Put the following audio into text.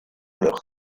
leur